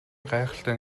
гайхалтай